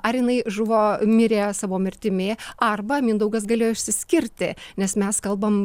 ar jinai žuvo mirė savo mirtimi arba mindaugas galėjo išsiskirti nes mes kalbam